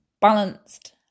balanced